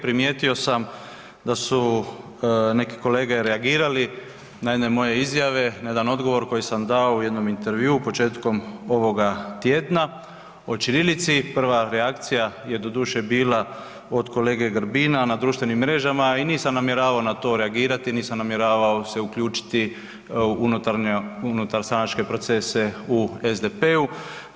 Primijetio sam da su neke kolege reagirali na jedne moje izjave, na jedan odgovor koji sam dao u jednom intervjuu početkom ovoga tjedna o ćirilici, prva reakcija je doduše bila od kolege Grbina na društvenim mrežama i nisam namjeravao na to reagirati, nisam namjeravao se uključiti u unutar stranačke procese u SDP-u.